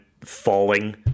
falling